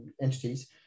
entities